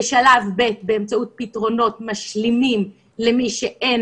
בשלב ב' באמצעות פתרונות משלימים למי שאין